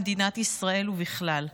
במדינת ישראל ובכלל,